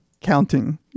counting